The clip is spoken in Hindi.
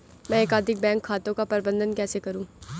मैं एकाधिक बैंक खातों का प्रबंधन कैसे करूँ?